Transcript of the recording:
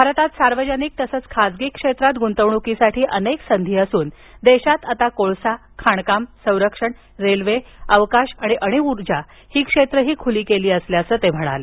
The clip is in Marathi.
भारतात सार्वजनिक तसंच खासगी क्षेत्रात ग्ंतवण्कीसाठी अनेक संधी असून देशात आता कोळसा खाणकाम संरक्षण रेल्वे अवकाश आणि अणुउर्जा ही क्षेत्रही खुली केली असल्याचं ते म्हणाले